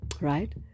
right